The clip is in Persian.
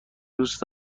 دوست